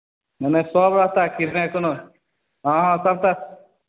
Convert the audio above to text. नहि नहि सब रहतथि कि अहाँसभ तऽ